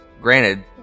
granted